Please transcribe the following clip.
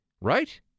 right